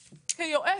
כיועץ.